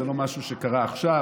זה לא משהו שקרה עכשיו